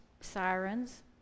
sirens